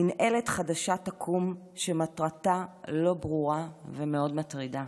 מינהלת חדשה תקום, שמטרתה לא ברורה ומאוד מטרידה.